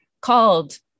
called